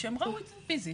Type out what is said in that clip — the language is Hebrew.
שהם ראו את זה פיזית,